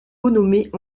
renommées